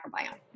microbiome